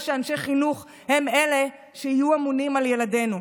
שאנשי חינוך הם שיהיו אמונים על ילדינו.